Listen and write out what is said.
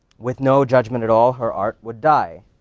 with no judgment at all, her art would die.